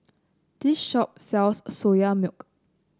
this shop sells Soya Milk